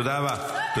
תודה רבה.